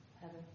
Heaven